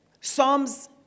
Psalms